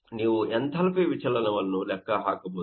ಅದರಿಂದ ನೀವು ಎಂಥಾಲ್ಪಿ ವಿಚಲನವನ್ನು ಲೆಕ್ಕ ಹಾಕಬಹುದು